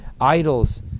idols